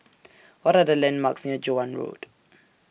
What Are The landmarks near Joan Road